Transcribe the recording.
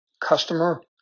customer